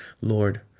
lord